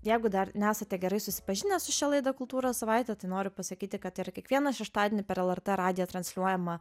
jeigu dar nesate gerai susipažinęs su šia laida kultūros savaitė tai noriu pasakyti kad yra kiekvieną šeštadienį per lrt radiją transliuojama